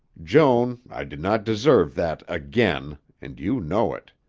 joan, i did not deserve that again and you know it.